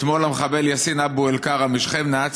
אתמול המחבל יאסין אבו אל-קרעה משכם נעץ